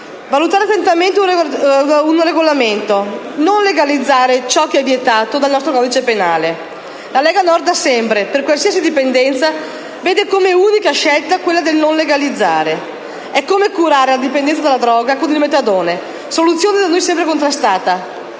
valutare attentamente un regolamento, non legalizzare ciò che è vietato dal nostro codice penale. La Lega Nord da sempre, per qualsiasi dipendenza, vede come unica scelta quella del non legalizzare. È come curare la dipendenza dalla droga con il metadone, soluzione da noi sempre contrastata;